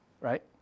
right